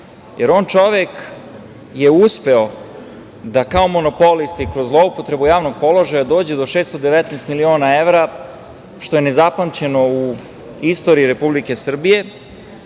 On čovek je uspeo da kao monopolista i kroz zloupotrebu javnog položaja dođe do 619 miliona evra što je nezapamćeno u istoriji Republike Srbije.